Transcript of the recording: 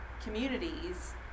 communities